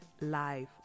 live